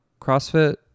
CrossFit